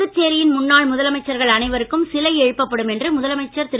புதுச்சேரியின் முன்னாள் முதலமைச்சர்கள் அனைவருக்கும் சிலை எழுப்பப்படும் என்று முதலமைச்சர் திரு